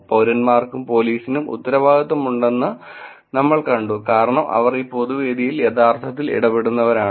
പൌരന്മാർക്കും പോലീസിനും ഉത്തരവാദിത്തമുണ്ടെന്ന് നമ്മൾ കണ്ടു കാരണം അവർ ഈ പൊതുവേദിയിൽ യഥാർത്ഥത്തിൽ ഇടപെടുന്നവരാണ്